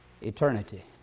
Eternity